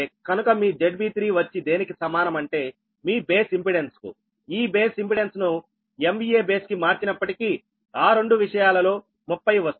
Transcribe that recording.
కనుక మీ ZB3 వచ్చి దేనికి సమానం అంటే మీ బేస్ ఇంపెడెన్స్ కుఈ బేస్ ఇంపెడెన్స్ ను MVA బేస్ కి మార్చినప్పటికీ ఆ రెండు విషయాలలో 30 వస్తుంది